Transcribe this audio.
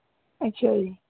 ਅੱਛਾ ਜੀ